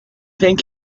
think